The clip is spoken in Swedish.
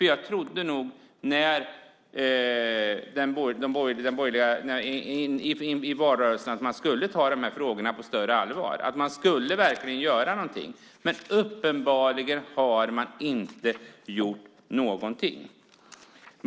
Jag trodde under valrörelsen att man skulle ta dessa frågor på större allvar och att man verkligen skulle göra något. Men uppenbarligen har man inte gjort något.